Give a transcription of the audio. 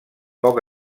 poc